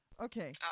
Okay